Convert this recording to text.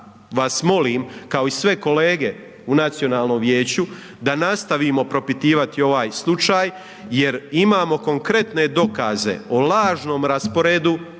vas molim kao i sve kolege u Nacionalnom vijeću, da nastavimo propitivati ovaj slučaj, jer imamo konkretne dokaze, o lažnom rasporedu